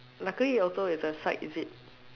luckily also it's a side zip